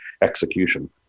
execution